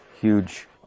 huge